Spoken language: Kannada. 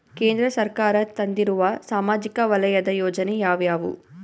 ಕೇಂದ್ರ ಸರ್ಕಾರ ತಂದಿರುವ ಸಾಮಾಜಿಕ ವಲಯದ ಯೋಜನೆ ಯಾವ್ಯಾವು?